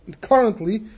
currently